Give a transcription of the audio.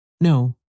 No